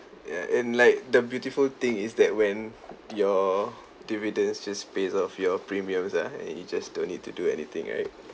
ya and like the beautiful thing is that when your dividends just pays off your premiums ah and you just don't need to do anything right